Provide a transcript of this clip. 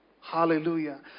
Hallelujah